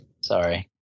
Sorry